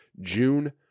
june